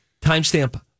timestamp